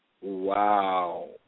Wow